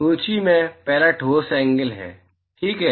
सूची में पहला ठोस एंगल है ठीक है